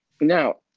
now